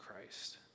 Christ